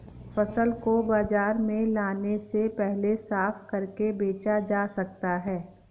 फसल को बाजार में लाने से पहले साफ करके बेचा जा सकता है?